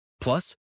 Plus